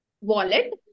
wallet